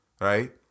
right